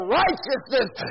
righteousness